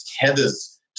tethers